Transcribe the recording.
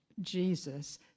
Jesus